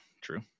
true